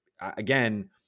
again